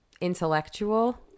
intellectual